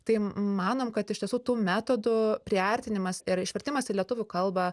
tai manom kad iš tiesų tų metodų priartinimas ir išvertimas į lietuvių kalbą